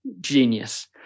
genius